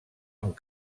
amb